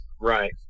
Right